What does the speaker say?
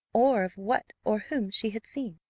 or of what or whom she had seen.